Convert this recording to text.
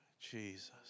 Jesus